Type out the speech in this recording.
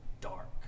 Dark